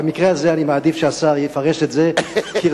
במקרה הזה אני מעדיף שהשר יפרש את זה כרצונו.